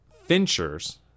Fincher's